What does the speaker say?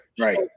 right